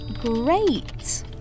great